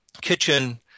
kitchen